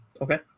Okay